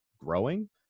growing